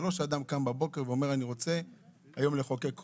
זה לא שאדם קם בבוקר ומחליט שהוא רוצה היום לחוקק חוק.